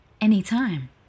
anytime